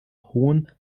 hohen